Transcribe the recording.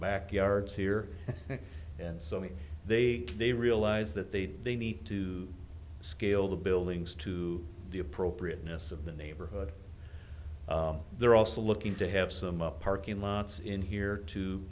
backyards here and so i mean they they realize that they they need to scale the buildings to the appropriateness of the neighborhood they're also looking to have some up parking lots in here to